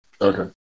Okay